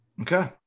Okay